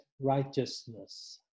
righteousness